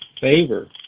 favor